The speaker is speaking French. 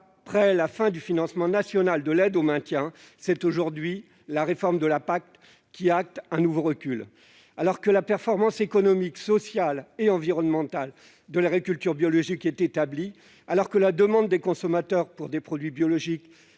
Après la fin du financement national de l'aide au maintien, c'est aujourd'hui la réforme de la PAC qui acte un nouveau recul. Alors que la performance économique, sociale et environnementale de l'agriculture biologique est établie, alors que la demande des consommateurs ne cesse de croître,